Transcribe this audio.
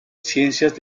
ciencias